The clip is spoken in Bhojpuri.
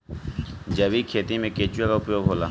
जैविक खेती मे केचुआ का उपयोग होला?